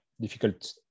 difficult